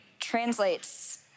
translates